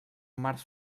març